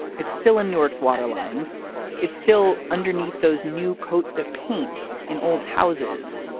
it's still in newark's water lines it's still underneath those new coats of paint in old houses.